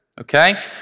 Okay